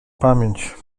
pamięć